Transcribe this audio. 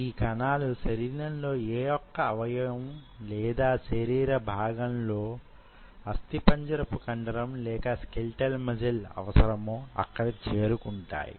ఈ కణాలు శరీరంలో యేవొక్క అవయవం లేదా శరీర భాగంలో అస్థి పంజరంపు కండరం లేక స్కెలిటల్ మజిల్ అవసరమో అక్కడకు చేరుకుంటాయి